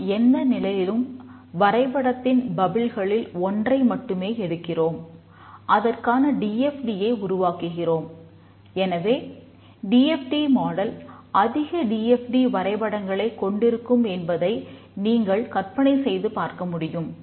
நாம் எந்த நிலையிலும் வரைபடத்தின் பப்பிள்களில் வரைபடங்களைக் கொண்டிருக்கும் என்பதை நீங்கள் கற்பனை செய்து பார்க்க முடியும்